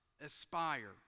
aspire